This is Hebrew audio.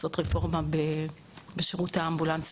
לעשות רפורמה בשירות האמבולנס.